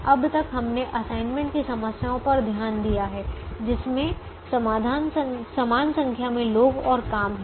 अब तक हमने असाइनमेंट की समस्याओं पर ध्यान दिया है जिसमें समान संख्या में लोग और काम हैं